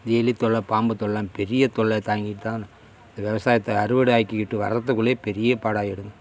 எலித்தொல்லை பாம்புத்தொல்லைன்னு பெரிய தொல்லை தாங்கிட்டு தான் இந்த விவசாயத்தை அறுவடை ஆக்கிக்கிட்டு வரதுக்குள்ளே பெரிய பாடா ஆகிடுது